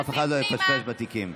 אף אחד לא יפשפש בתיקים.